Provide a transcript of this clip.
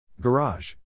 Garage